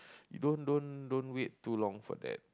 don't don't don't wait too long for that